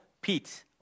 Pete